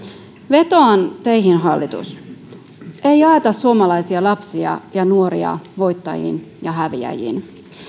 vetoan teihin hallitus ei jaeta suomalaisia lapsia ja nuoria voittajiin ja häviäjiin